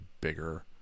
bigger